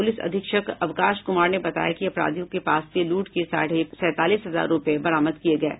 police अधीक्षक अवकाश कुमार ने बताया कि अपराधियों के पास से लूट के साढ़े सैंतालीस हजार रूपये बरामद किये गये हैं